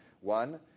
One